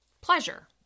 pleasure